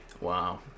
Wow